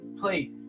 play